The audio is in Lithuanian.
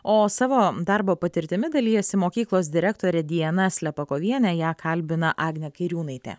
o savo darbo patirtimi dalijasi mokyklos direktorė diana slepakovienė ją kalbina agnė kairiūnaitė